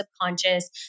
subconscious